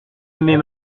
aimer